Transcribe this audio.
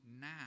now